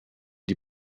die